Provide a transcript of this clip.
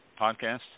podcast